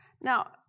Now